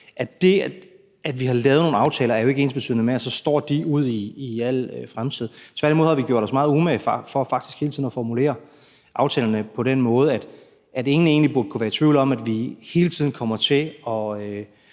Det, at vi har lavet nogle aftaler, er jo ikke ensbetydende med, at de så står ud i al fremtid. Tværtimod har vi gjort os meget umage for faktisk hele tiden at formulere aftalerne på den måde, at ingen egentlig burde kunne være i tvivl om, at vi hele tiden kommer til at